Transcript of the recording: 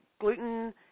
gluten